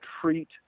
treat